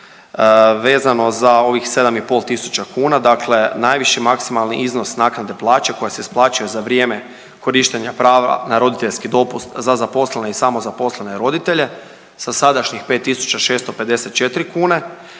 vezano za ovih 7.500 kuna. Dakle, najviši maksimalni iznos naknade plaće koja se isplaćuje za vrijeme korištenja prava na roditeljski dopust za zaposlene i samozaposlene roditelje sa sadašnjih 5.654 kune